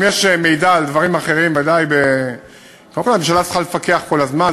אם יש מידע על דברים אחרים קודם כול הממשלה צריכה לפקח כל הזמן,